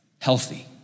healthy